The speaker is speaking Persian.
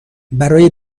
برای